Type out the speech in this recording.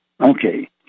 Okay